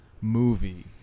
movie